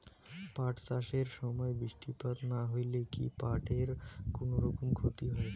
পাট চাষ এর সময় বৃষ্টিপাত না হইলে কি পাট এর কুনোরকম ক্ষতি হয়?